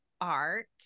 art